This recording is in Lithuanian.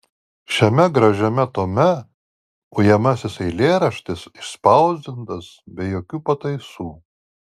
šiame gražiame tome ujamasis eilėraštis išspausdintas be jokių pataisų